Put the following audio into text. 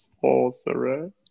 sorcerer